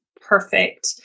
perfect